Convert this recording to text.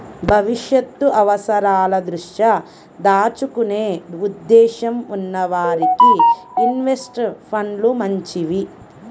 భవిష్యత్తు అవసరాల దృష్ట్యా దాచుకునే ఉద్దేశ్యం ఉన్న వారికి ఇన్వెస్ట్ ఫండ్లు మంచివి